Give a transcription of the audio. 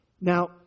Now